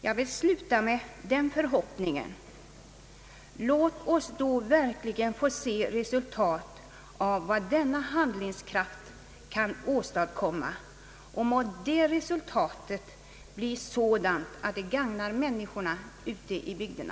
Jag vill därför sluta med att uttala den förhoppningen: Låt oss då verkligen få se resultatet av vad denna handlingskraft kan åstadkomma, och må det resultatet bli sådant att det gagnar människorna ute i bygderna.